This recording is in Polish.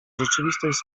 rzeczywistość